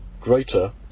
greater